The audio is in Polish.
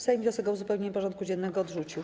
Sejm wniosek o uzupełnienie porządku dziennego odrzucił.